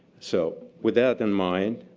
so with that in mind,